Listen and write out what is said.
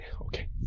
Okay